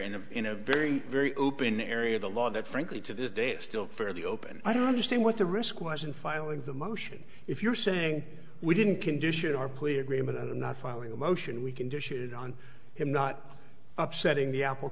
in a in a very very open area of the law that frankly to this day still fairly open i don't understand what the risk was in filing the motion if you're saying we didn't condition our plea agreement and not filing a motion we can dish it on him not upsetting the apple